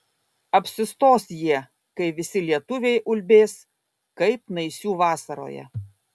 apsistos jie kai visi lietuviai ulbės kaip naisių vasaroje